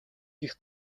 хийх